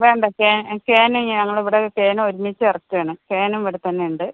വേണ്ട can can ഞങ്ങള് ഇവിടെ ക്യാന് ഒരുമിച്ച് ഇറക്കുവാണ് ക്യാനും ഇവടെ തന്നെയുണ്ട്